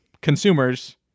consumers